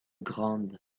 grande